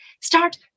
start